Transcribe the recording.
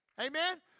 Amen